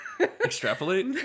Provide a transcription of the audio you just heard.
extrapolate